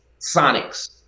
Sonics